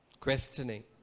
questioning